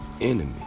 enemy